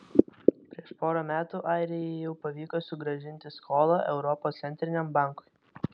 prieš porą metų airijai jau pavyko sugrąžinti skolą europos centriniam bankui